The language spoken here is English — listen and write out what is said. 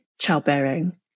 childbearing